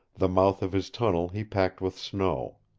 the mouth of his tunnel he packed with snow.